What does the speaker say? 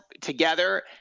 together